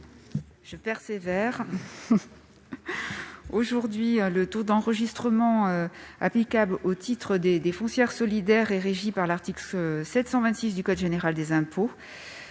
Je persévère ! Aujourd'hui, le taux d'enregistrement applicable aux titres des foncières solidaires est régi par l'article 726 du code général des impôts.